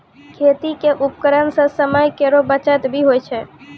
खेती क उपकरण सें समय केरो बचत भी होय छै